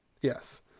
yes